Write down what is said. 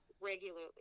regularly